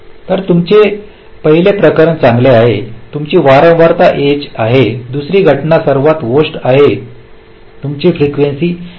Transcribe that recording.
तर तुमचे पहिले प्रकरण चांगले आहे तुमची वारंवारिता एजत आहे दुसरी घटना सर्वात वोर्स्ट आहे तुमची फ्रीकेंसी कमी होत आहे